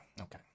okay